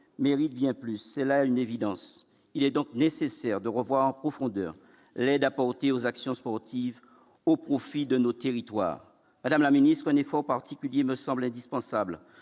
mérite bien plus, c'est là une évidence, il est donc nécessaire de revoir en profondeur l'aide apportée aux actions sportives au profit de nos territoires, madame la ministre, un effort particulier me semble indispensable,